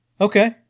Okay